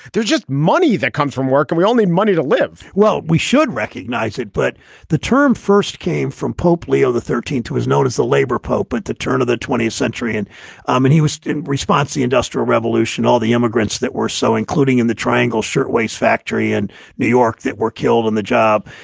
there's just money that comes from work and we all need money to live well we should recognize it. but the term first came from pope leo the thirteenth, who is known as the labor pope at the turn of the twentieth century. and um and he he was. in response, the industrial revolution. all the immigrants that were so including in the triangle shirtwaist factory in and new york that were killed on the job.